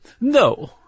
no